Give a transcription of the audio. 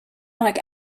like